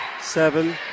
seven